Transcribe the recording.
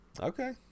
Okay